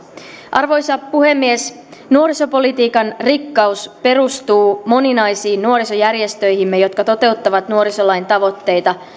arvoisa puhemies nuorisopolitiikan rikkaus perustuu moninaisiin nuorisojärjestöihimme jotka toteuttavat nuorisolain tavoitteita